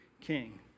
king